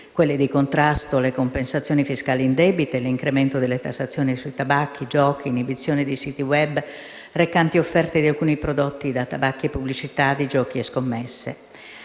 quelle di contrasto alle compensazioni fiscali indebite, all'incremento delle tassazioni sui tabacchi e sui giochi, all'inibizione dei siti *web* recanti offerte di alcuni prodotti da tabacchi o pubblicità di giochi e scommesse.